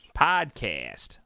Podcast